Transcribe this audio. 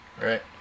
Right